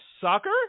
sucker